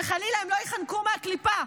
שחלילה הם לא ייחנקו מהקליפה.